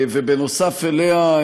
ונוסף עליה,